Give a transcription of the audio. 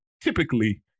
typically